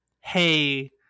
hey